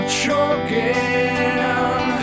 choking